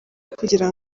kugira